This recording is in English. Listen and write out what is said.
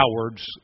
cowards